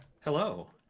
Hello